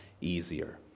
easier